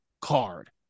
card